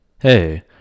Hey